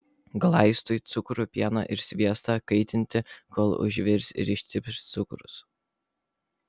glaistui cukrų pieną ir sviestą kaitinti kol užvirs ir ištirps cukrus